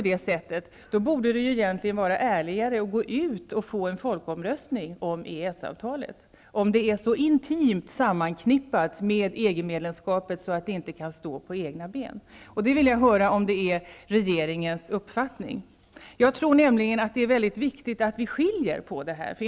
Då borde det ju egentligen vara ärligare att ordna en folkomröstning om EES-avtalet -- om det är så intimt förknippat med EG-medlemskapet att det inte kan stå på egna ben. Jag vill höra om det är regeringens uppfattning. Jag tror nämligen att det är mycket viktigt att vi här gör en skillnad.